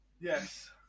Yes